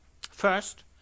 first